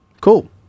cool